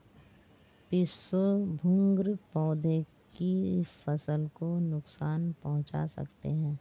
पिस्सू भृंग पौधे की फसल को नुकसान पहुंचा सकते हैं